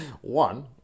One